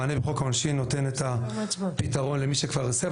המענה בחוק העונשין נותן את הפתרון למי שכבר הסב,